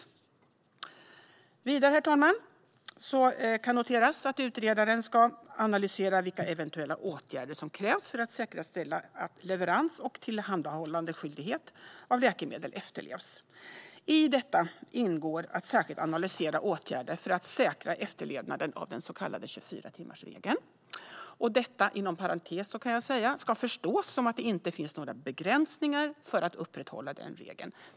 Herr talman! Vidare kan noteras att utredaren ska analysera vilka eventuella åtgärder som krävs för att säkerställa att leverans och tillhandahållandeskyldighet av läkemedel efterlevs. I detta ingår att särskilt analysera åtgärder för att säkra efterlevnaden av den så kallade 24-timmarsregeln. Inom parentes kan jag säga att detta ska förstås som att det inte finns några begränsningar för att upprätthålla den regeln.